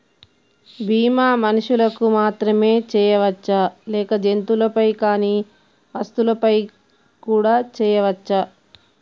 బీమా మనుషులకు మాత్రమే చెయ్యవచ్చా లేక జంతువులపై కానీ వస్తువులపై కూడా చేయ వచ్చా?